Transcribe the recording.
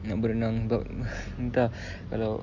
nak berenang sebab entah kalau